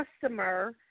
customer